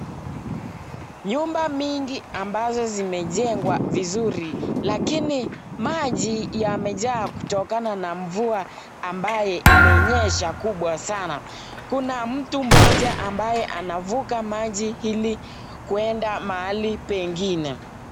Nyumba mingi ambazo zimejengwa vizuri lakini maji yamejaa kutokana na mvua ambaye imenyesha kubwa sana. Kuna mtu mmoja ambaye anavuka maji ili kueda mahali pengine.